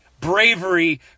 bravery